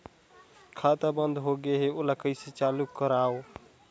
खाता बन्द होगे है ओला कइसे चालू करवाओ?